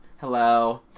hello